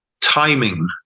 timing